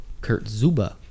Kurtzuba